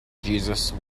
jesus